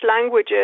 language